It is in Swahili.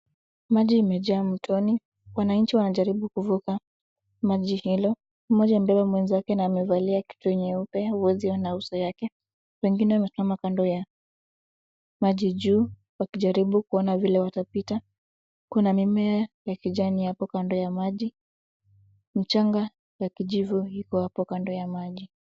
Maji yamejaa mtoni. Wananchi wanajaribu kuvuka maji hayo. Mmoja amebeba mwenzake na amevalia kitu nyeupe huwezi kuona uso wake. Wengine wamesimama kando ya maji juu wakijaribu kuona vile watapita. Kuna mimea ya kijanimapo kando ya maji, mchanga ya kijivu iko apo kando ya maji.